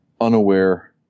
unaware